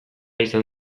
izan